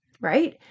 right